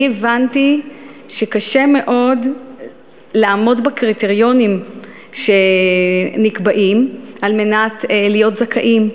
אני הבנתי שקשה מאוד לעמוד בקריטריונים שנקבעים על מנת להיות זכאים,